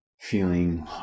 feeling